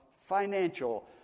financial